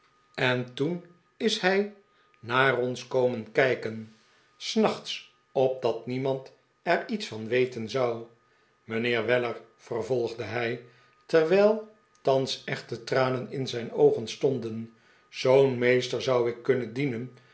a n g en i s komen kijken s nachts opdat niemand er iets van weten zou mijnheer weller vervolgde hij terwijl tharis echte tranen in zijn oogen stonden zoo'n nieester zbu'ik kunnen dienen